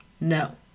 no